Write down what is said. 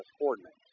coordinates